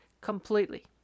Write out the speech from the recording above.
completely